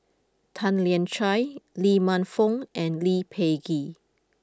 Tan Lian Chye Lee Man Fong and Lee Peh Gee